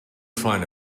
find